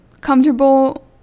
comfortable